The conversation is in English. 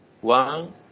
one